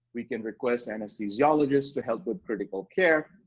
we can request anesthesiologists to help with critical care.